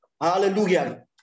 Hallelujah